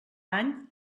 any